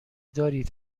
دارید